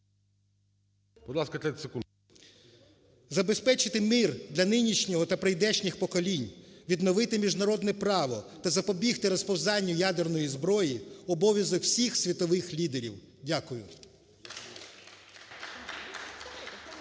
Забезпечити мир для нинішнього і прийдешніх поколінь, відновити міжнародне право та запобігти розповзанню ядерної зброї – обов'язок всіх світових лідерів. Дякую.